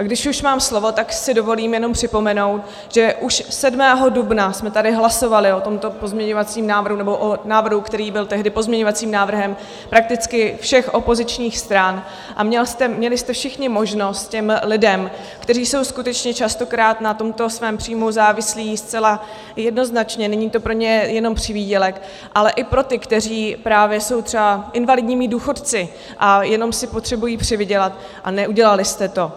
Když už mám slovo, tak si dovolím jenom připomenout, že už 7. dubna jsme tady hlasovali o tomto pozměňovacím návrhu, nebo o návrhu, který byl tehdy pozměňovacím návrhem prakticky všech opozičních stran, a měli jste všichni možnost těm lidem, kteří jsou skutečně častokrát na tomto svém příjmu závislí zcela jednoznačně, není to pro ně jenom přivýdělek, ale i pro ty, kteří jsou právě třeba invalidními důchodci a jenom si potřebují přivydělat, a neudělali jste to.